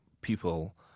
people